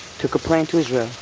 took a plane to israel.